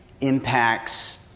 impacts